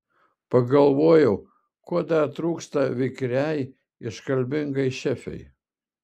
pagalvojau ko dar trūksta vikriai iškalbingai šefei